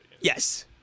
Yes